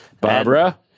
Barbara